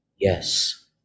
yes